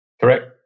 Correct